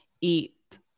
eat